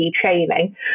training